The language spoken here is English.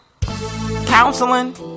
counseling